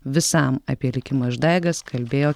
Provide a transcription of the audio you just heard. visam apie likimo išdaigas kalbėjo